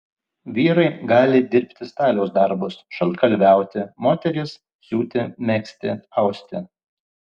vyrai gali dirbti staliaus darbus šaltkalviauti moterys siūti megzti austi